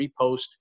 repost